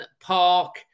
Park